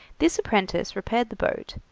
this apprentice repaired the boat,